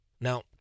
now